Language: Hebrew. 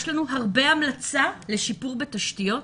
יש לנו הרבה המלצות לשיפור בתשתיות.